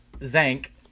Zank